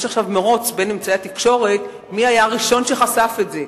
יש עכשיו מירוץ בין אמצעי התקשורת מי היה הראשון שחשף את זה.